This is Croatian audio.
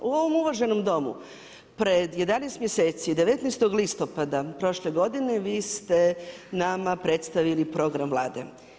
U ovom uvaženom Domu pred 11 mjeseci, 19. listopada prošle godine vi ste nama predstavili program Vlade.